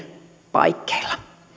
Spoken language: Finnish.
paikkeilla